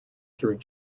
through